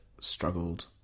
struggled